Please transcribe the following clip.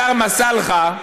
בשאר מסאלחה,